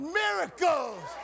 miracles